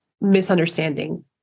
misunderstanding